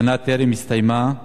השנה טרם הסתיימה,